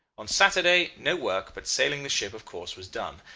on saturday no work, but sailing the ship of course was done.